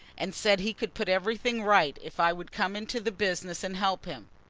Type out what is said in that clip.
and said he could put everything right if i would come into the business and help him.